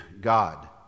God